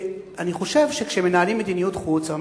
אני חושב שכשמנהלים מדיניות חוץ,